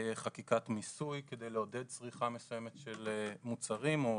חקיקת מיסוי כדי לעודד צריכה מסוימת של מוצרים או